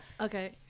Okay